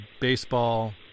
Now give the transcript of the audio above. baseball